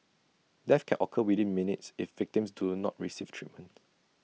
death can occur within minutes if victims do not receive treatment